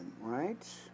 Right